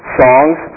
songs